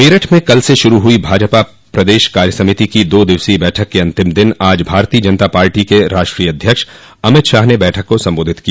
मेरठ में कल से शुरू हुई भाजपा प्रदेश कार्यसमिति की दो दिवसीय बैठक के अन्तिम दिन आज भारतीय जनता पार्टी के राष्ट्रीय अध्यक्ष अमितशाह ने बैठक को सम्बोधित किया